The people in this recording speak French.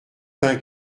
pain